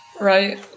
Right